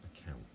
account